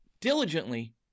diligently